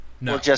No